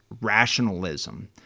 rationalism